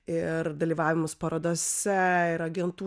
ir dalyvavimas parodose ir agentų